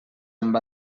amb